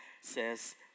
says